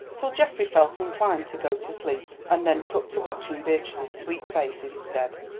till geoffrey felt inclined to go to sleep, and then took to watching beatrice's sweet face instead.